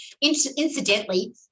incidentally